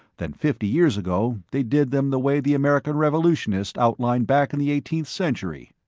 than fifty years ago they did them the way the american revolutionists outlined back in the eighteenth century.